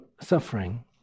suffering